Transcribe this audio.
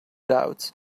doubts